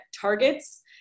targets